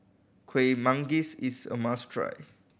Kuih Manggis is a must try